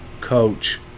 coach